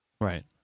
right